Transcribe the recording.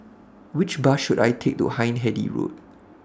Which Bus should I Take to Hindhede Road